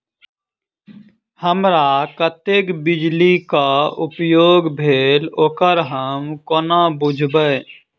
हमरा कत्तेक बिजली कऽ उपयोग भेल ओकर हम कोना बुझबै?